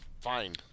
fine